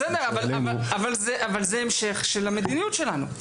בסדר אבל זה המשך של המדיניות שלנו.